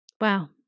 Wow